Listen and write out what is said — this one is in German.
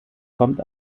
kommt